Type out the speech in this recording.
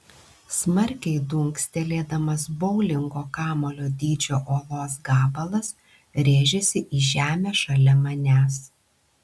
smarkiai dunkstelėdamas boulingo kamuolio dydžio uolos gabalas rėžėsi į žemę šalia manęs